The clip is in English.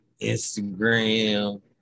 Instagram